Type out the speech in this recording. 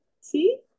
see